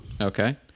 Okay